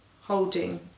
holding